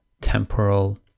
temporal